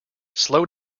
slow